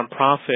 nonprofit